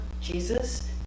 Jesus